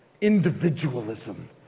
individualism